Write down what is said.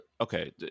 okay